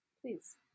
please